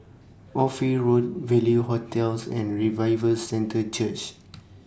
Ophir Road Value hotels and Revival Centre Church